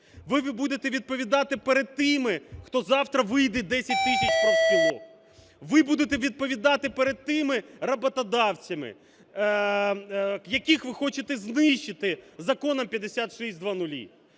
ви будете відповідати перед тими, хто завтра вийде, 10 тисяч профспілок, ви будете відповідати перед тими роботодавцями, яких ви хочете знищити Законом 5600.